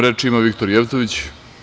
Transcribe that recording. Reč ima Viktor Jevtović.